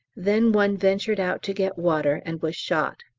then one ventured out to get water and was shot.